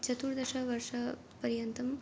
चतुर्दशवर्षपर्यन्तम्